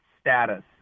status